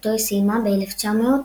אותו היא סיימה ב-1976.